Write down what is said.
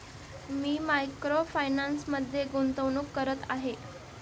मी micro फायनान्समध्ये गुंतवणूक करत आहे